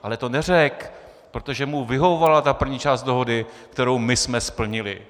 Ale to neřekl, protože mu vyhovovala ta první část dohody, kterou my jsme splnili.